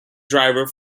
driver